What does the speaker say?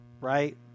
right